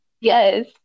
Yes